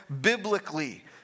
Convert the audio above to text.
biblically